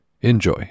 Enjoy